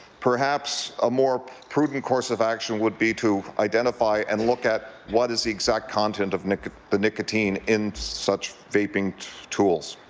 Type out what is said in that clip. perhaps a more prudent course of action would be to identify and look at what is the exact content of the nicotine in such vaping tools,